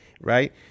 right